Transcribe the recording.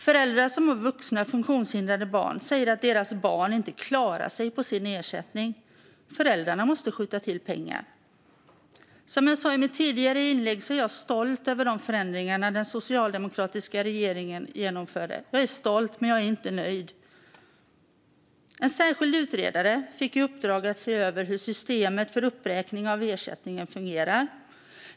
Föräldrar som har vuxna funktionshindrade barn säger att deras barn inte klarar sig på sin ersättning, utan föräldrarna måste skjuta till pengar. Som jag sa i mitt förra inlägg är jag stolt över de förändringar som den socialdemokratiska regeringen genomförde. Jag är stolt men inte nöjd. En särskild utredare fick i uppdrag att se över hur systemet för uppräkning av ersättningen fungerar.